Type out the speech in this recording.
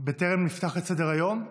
טרם נפתח את סדר-היום,